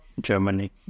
Germany